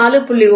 970 0